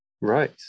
Right